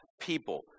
people